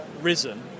risen